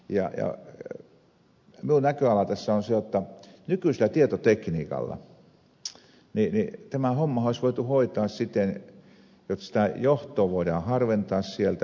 minun näköalani tässä on se jotta nykyisellä tietotekniikalla tämä hommahan olisi voitu hoitaa siten jotta sitä johtoa voidaan harventaa sieltä